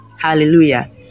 hallelujah